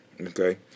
Okay